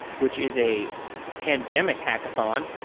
which is a pandemic hackathon.